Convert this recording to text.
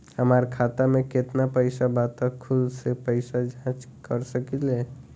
हमार खाता में केतना पइसा बा त खुद से कइसे जाँच कर सकी ले?